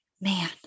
man